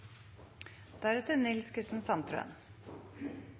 forhånd. Nils Kristen Sandtrøen